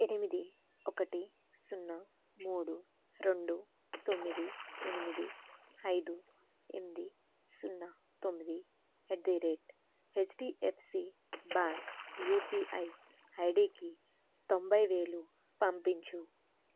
ఎనిమిది ఒకటి సున్నా మూడు రెండు తొమ్మిది ఎనిమిది ఐదు ఎనిమిది సున్నా తొమ్మిది at the rate HDFC bank UPI ఐడీకి తొంభై వేలు పంపించు